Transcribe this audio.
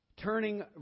Turning